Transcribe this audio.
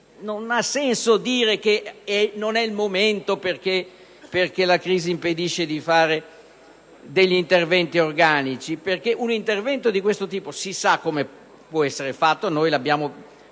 Non ha senso dire che non è il momento perché la crisi impedisce di fare degli interventi organici, perché si sa come un intervento di questo tipo può essere fatto (noi lo abbiamo